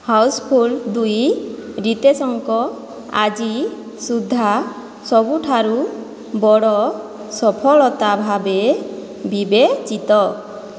house full ଦୁଇ ରିତେଶଙ୍କ ଆଜି ସୁଦ୍ଧା ସବୁଠାରୁ ବଡ଼ ସଫଳତା ଭାବେ ବିବେଚିତ